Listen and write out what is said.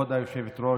כבוד היושבת-ראש,